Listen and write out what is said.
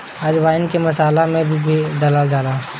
अजवाईन के मसाला में भी डालल जाला